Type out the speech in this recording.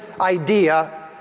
idea